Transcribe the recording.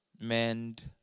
mend